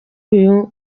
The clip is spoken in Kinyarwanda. uyu